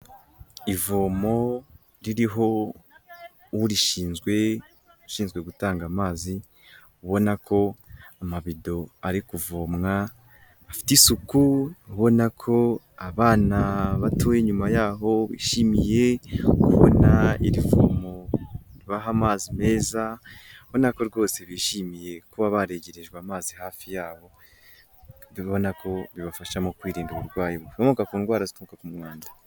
Ivomo ririho urishinzwe ushinzwe gutanga amazi, ubona ko amabido ari kuvomwa afite isuku, ubona ko abana batoye inyuma yaho bishimiye kubona iri vomo ribaha amazi meza, ubona ko rwose bishimiye kuba baregerejwe amazi hafi yabo, ubona ko bibafasha mu kwirinda uburwayi bukomoka ku indwara zituruka ku mwanda.